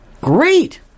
Great